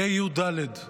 ה"א יו"ד, דל"ת,